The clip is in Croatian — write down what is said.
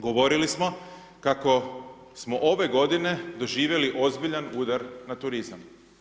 Govorili smo kako smo ove godine doživjeli ozbiljan udar na turizam.